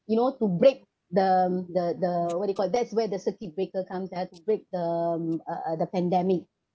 you know to break the the the what do you call it that's where the circuit breaker comes ya to break the mm uh uh the pandemic